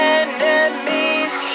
enemies